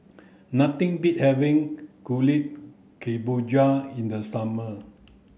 nothing beat having kuih kemboja in the summer